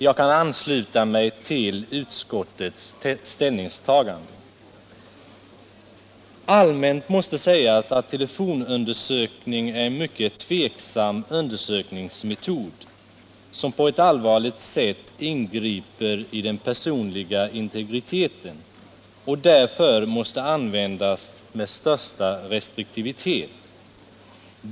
Jag kan ansluta mig till utskottets ställningstagande. Allmänt måste sägas att telefonavlyssning är en mycket tvivelaktig undersökningsmetod, som på ett allvarligt sätt ingriper i den personliga integriteten och därför måste användas med största restriktivitet.